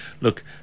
Look